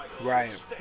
Right